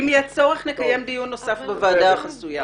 אם יהיה צורך נקיים דיון נוסף בוועד החסויה.